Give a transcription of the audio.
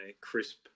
crisp